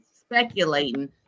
speculating